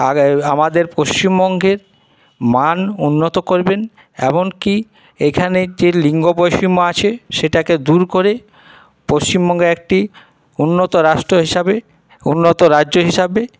আর আমাদের পশ্চিমবঙ্গের মান উন্নত করবেন এমনকি এখানে যে লিঙ্গ বৈষম্য আছে সেটাকে দূর করে পশ্চিমবঙ্গে একটি উন্নত রাষ্ট্র হিসাবে উন্নত রাজ্য হিসাবে